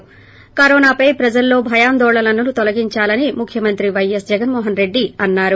ి కరోనాపై ప్రజలలో భయాందోళనలను తొలగించాలని ముఖ్యమంత్రి పైఎస్ జగన్మోహన్ రెడ్లి అన్సారు